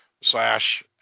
slash